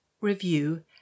review